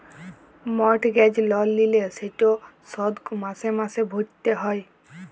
mortgage লল লিলে সেট শধ মাসে মাসে ভ্যইরতে হ্যয়